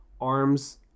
arms